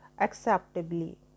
acceptably